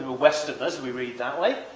westerners, we read that way.